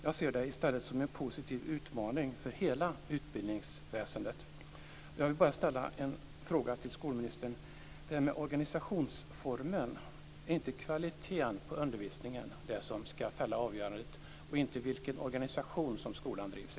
Jag ser det i stället som en positiv utmaning för hela utbildningsväsendet. Jag vill bara ställa en fråga till skolministern när det gäller organisationsformen. Är inte kvaliteten på undervisningen det som ska fälla avgörandet, och inte vilken organisation som skolan drivs i?